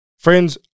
Friends